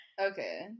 Okay